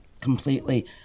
completely